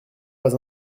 pas